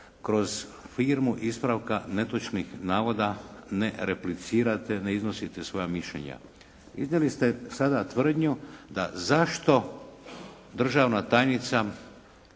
kroz firmu ispravka netočnih navoda ne replicirate, ne iznosite svoja mišljenja. Iznijeli ste sada tvrdnju da zašto državna tajnica